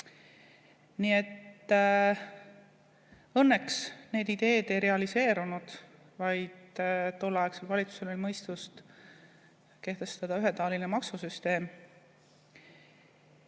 Nii et õnneks need ideed ei realiseerunud, vaid tolleaegsel valitsusel oli mõistust kehtestada ühetaoline maksusüsteem. Kahjuks